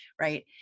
right